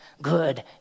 good